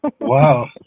Wow